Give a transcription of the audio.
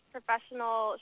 professional